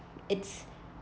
it's